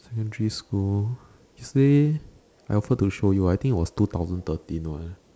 secondary school three I also don't show you I think it was two thousand thirteen one